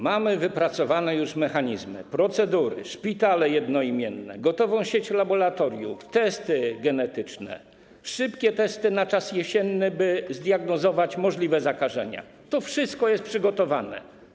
Mamy wypracowane już mechanizmy, procedury, szpitale jednoimienne, gotową sieć laboratoriów, testy genetyczne, szybkie testy na czas jesienny, by zdiagnozować możliwe zakażenia - to wszystko jest przygotowane.